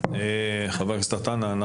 חבר הכנסת עטאונה,